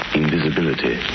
invisibility